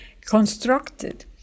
constructed